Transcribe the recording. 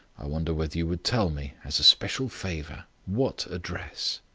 i wonder whether you would tell me, as a special favour, what address?